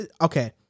okay